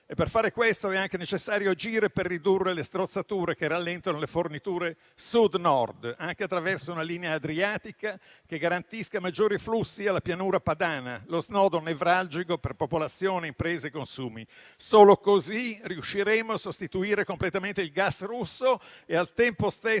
Per fare questo è anche necessario agire per ridurre le strozzature che rallentano le forniture Sud-Nord, anche attraverso una linea adriatica che garantisca maggiori flussi alla Pianura padana, lo snodo nevralgico per popolazioni, imprese e consumi. Solo così riusciremo a sostituire completamente il gas russo e al tempo stesso